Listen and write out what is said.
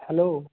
hello